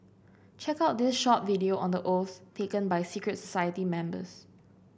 check out this short video on the oaths taken by secret society members